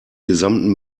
gesamten